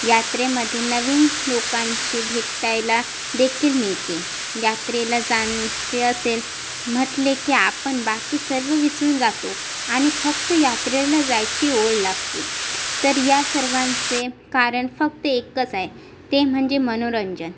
यात्रेमध्ये नवीन लोकांशी भेटायला देखील मिळते यात्रेला जायचे असेल म्हटले की आपण बाकी सर्व विसरून जातो आणि फक्त यात्रेला जायची ओढ लागते तर या सर्वांचे कारण फक्त एकच आहे ते म्हणजे मनोरंजन